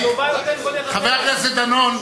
חבר הכנסת דנון.